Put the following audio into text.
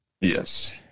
Yes